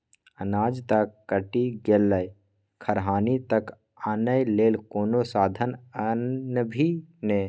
अनाज त कटि गेलै खरिहान तक आनय लेल कोनो साधन आनभी ने